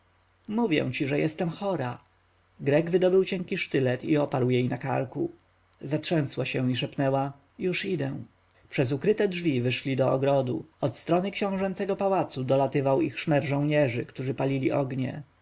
mówię ci że jestem chora grek wydobył cienki sztylet i oparł jej na karku zatrzęsła się i szepnęła już idę przez ukryte drzwi wyszli do ogrodu od strony książęcego pałacu dolatywał ich szmer żołnierzy którzy palili ognie